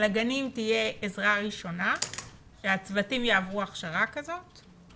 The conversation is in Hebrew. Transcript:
שלגנים תהיה עזרה ראשונה והצוותים יעברו הכשרה כזאת,